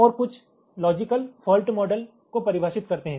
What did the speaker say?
और कुछ logical fault model को परिभाषित करते हैं